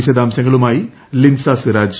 വിശദാംശങ്ങളുമായി ല്ലിൻസ സിറാജ്